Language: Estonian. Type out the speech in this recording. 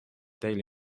daily